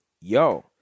yo